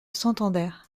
santander